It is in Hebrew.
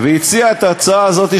והציע את ההצעה הזאת,